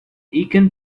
incan